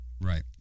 Right